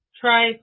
Try